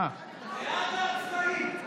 בעד העצמאים.